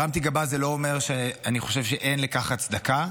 הרמתי גבה, זה לא אומר שאני חושב שאין לכך הצדקה,